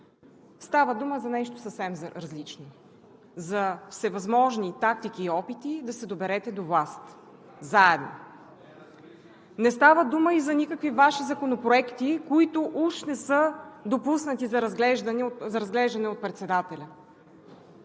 Става дума за нещо съвсем различно – за всевъзможни тактики и опити да се доберете до власт заедно, и не става дума за никакви Ваши законопроекти, които уж не са допуснати за разглеждане от председателя.